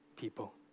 people